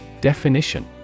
Definition